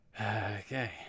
Okay